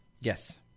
Yes